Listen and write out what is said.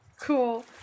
Cool